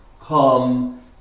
come